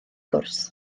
gwrs